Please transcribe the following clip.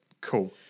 Cool